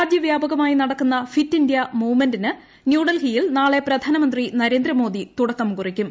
രാജ്യവ്യാപകമായി നടക്കുന്ന fit India മൂവ്മെന്റിന് ന്യൂഡൽഹിയിൽ നാളെ പ്രധാനമന്ത്രി നരേന്ദ്ര മോദി തുടക്കം കുറിക്കും